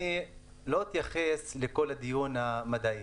אני לא אתייחס לכל הדיון המדעי